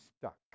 stuck